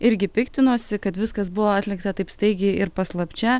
irgi piktinosi kad viskas buvo atlikta taip staigiai ir paslapčia